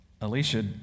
Alicia